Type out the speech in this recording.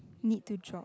need to drop